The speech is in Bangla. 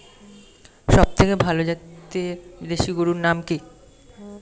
সবথেকে ভালো জাতের দেশি গরুর নাম কি?